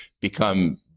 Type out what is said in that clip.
become